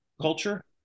culture